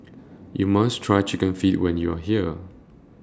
YOU must Try Chicken Feet when YOU Are here